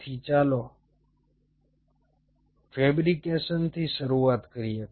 તેથી ચાલો માઇક્રો ફેબ્રિકેશનથી શરૂઆત કરીએ